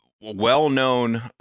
well-known